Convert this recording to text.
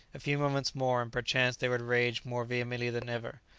a few moments more and perchance they would rage more vehemently than ever.